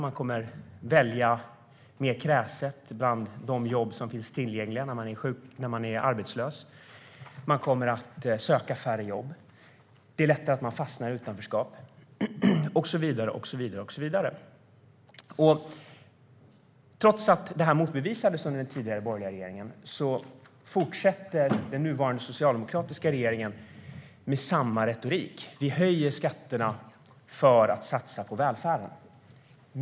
De kommer att välja mer kräset bland de jobb som finns tillgängliga när de är arbetslösa. De kommer att söka färre jobb. Det är lättare att fastna i utanförskap och så vidare. Trots att det här motbevisades under den tidigare borgerliga regeringens tid fortsätter den nuvarande socialdemokratiska regeringen med samma retorik: Vi höjer skatterna för att satsa på välfärden.